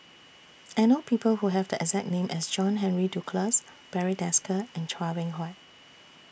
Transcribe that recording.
I know People Who Have The exact name as John Henry Duclos Barry Desker and Chua Beng Huat